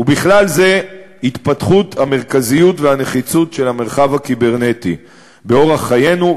ובכלל זה התפתחות המרכזיות והנחיצות של המרחב הקיברנטי באורח חיינו,